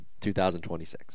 2026